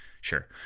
sure